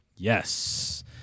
Yes